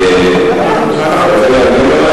תגובתי וזהו.